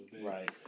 Right